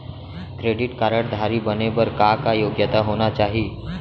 Credit card धारी बने बर का का योग्यता होना चाही?